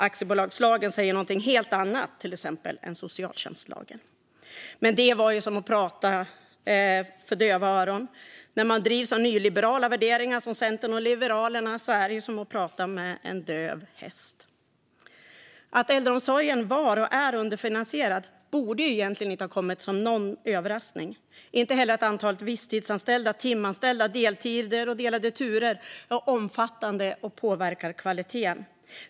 Aktiebolagslagen säger till exempel någonting helt annat än socialtjänstlagen. Men det var som att tala för döva öron. Det är som att prata med en döv häst att prata med Centern och Liberalerna, som drivs av nyliberala värderingar. Att äldreomsorgen var och är underfinansierad borde inte ha kommit som någon överraskning - inte heller att antalet visstidsanställda, timanställda, deltider och delade turer är omfattande och påverkar kvaliteten.